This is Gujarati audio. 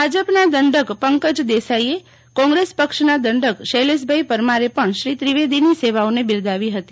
ભાજપના દંડક પંકજ દેસાઇએ કોંગ્રેસ પક્ષના દંડક શૈલેષભાઇ પરમારે પણ શ્રી ત્રિવેદીની સેવાઓને બિરદાવી હતી